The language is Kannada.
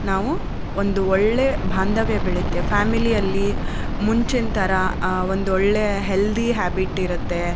ನಾವು ಒಂದು ಒಳ್ಳೆಯ ಬಾಂಧವ್ಯ ಬೆಳೆಯುತ್ತೆ ಫ್ಯಾಮಿಲಿಯಲ್ಲಿ ಮುಂಚಿನ ಥರ ಆ ಒಂದು ಒಳ್ಳೆಯ ಹೆಲ್ದಿ ಹ್ಯಾಬಿಟ್ ಇರುತ್ತೆ